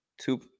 two